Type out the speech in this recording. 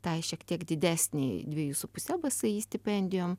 tai šiek tiek didesnei dviejų su puse bsi stipendijom